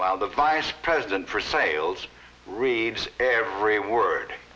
while the vice president for sales reads every word